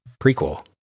prequel